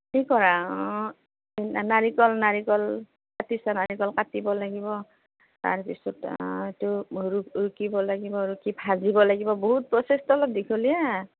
হেৰি কৰা অঁ নাৰিকল নাৰিকল কাটিছা নাৰিকল কাটিব লাগিব তাৰপিছত সেইটো ৰুক ৰুকিব লাগিব ৰুকি ভাজিব লাগিব বহুত প্ৰচেচটো অলপ দীঘলীয়া